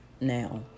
now